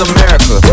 America